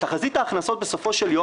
תחזית ההכנסות בסופו של יום,